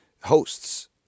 hosts